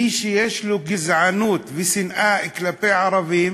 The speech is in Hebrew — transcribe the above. מי שיש לו גזענות ושנאה כלפי ערבים,